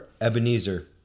Ebenezer